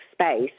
space